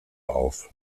auf